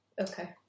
Okay